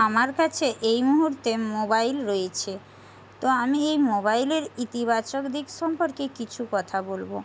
আমার কাছে এই মুহুর্তে মোবাইল রয়েছে তো আমি এই মোবাইলের ইতিবাচক দিক সম্পর্কে কিছু কথা বলবো